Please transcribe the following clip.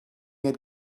had